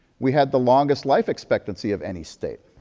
we had the longest life expectancy of any state.